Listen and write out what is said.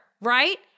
right